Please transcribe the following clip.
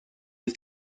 del